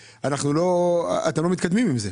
רק שאתם לא מתקדמים עם זה.